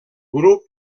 grup